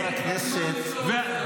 חבר הכנסת, רגע, רגע.